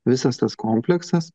visas tas kompleksas